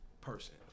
person